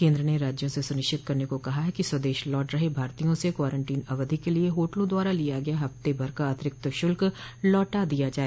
केन्द्र ने राज्यों से सुनिश्चित करने को कहा है कि स्वदेश लौट रहे भारतीयों से क्वारंटीन अवधि के लिए होटलों द्वारा लिया गया हफ्तेभर का अतिरिक्त शुल्क लौटा दिया जाए